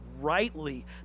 rightly